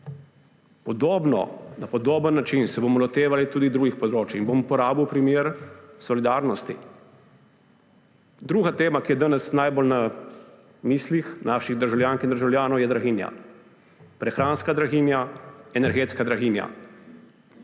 20 let. Na podoben način se bomo lotevali tudi drugih področij. Uporabil bom primer solidarnosti. Druga tema, ki je danes najbolj v mislih naših državljank in državljanov, je draginja, prehranska draginja, energetska draginja.